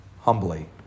humbly